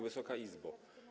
Wysoka Izbo!